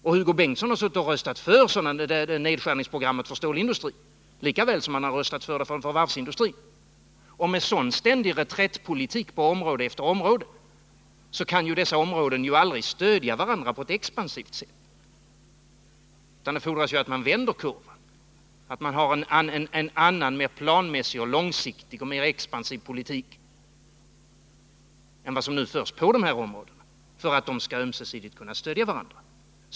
Och Hugo Bengtsson har röstat för nedskärningsprogrammet för stålindustrin, lika väl som han har röstat för en nedskärning av varvsindustrin. Med en sådan ständig reträttpolitik på område efter område kan ju dessa områden aldrig stödja varandra på ett expansivt sätt. Det fordras att man vänder kurvan, att man har en annan, mer planmässig, långsiktig och mer expansiv politik än den som nu förs på dessa områden för att de ömsesidigt skall kunna stödja varandra.